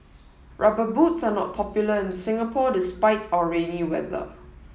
rubber boots are not popular in Singapore despite our rainy weather